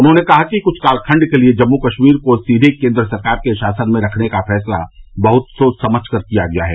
उन्होंने कहा कि कुछ काल खंड के लिए जम्मू कश्मीर को सीधे केन्द्र सरकार के शासन में रखने का फैसला बहुत सोच समझकर किया गया है